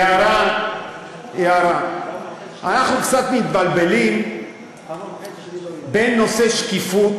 הערה: אנחנו קצת מתבלבלים בין נושא השקיפות,